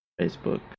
Facebook